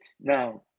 Now